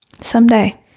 Someday